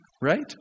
Right